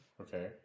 Okay